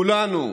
על כולנו,